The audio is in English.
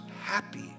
happy